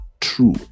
true